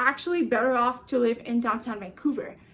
actually better off to live in downtown vancouver.